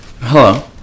Hello